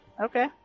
Okay